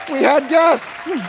we had guests.